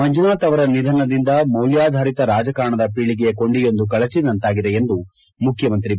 ಮಂಜುನಾಥ್ ಅವರ ನಿಧನದಿಂದ ಮೌಲ್ಖಾದಾರಿತ ರಾಜಕಾರಣದ ಪೀಳಿಗೆಯ ಕೊಂಡಿಯೊಂದು ಕಳಚಿದಂತಾಗಿದೆ ಎಂದು ಮುಖ್ಯಮಂತ್ರಿ ಬಿ